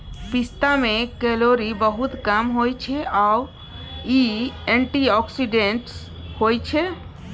पिस्ता मे केलौरी बहुत कम होइ छै आ इ एंटीआक्सीडेंट्स होइ छै